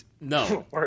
no